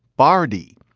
bardy,